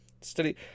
study